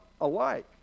alike